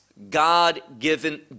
God-given